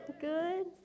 Good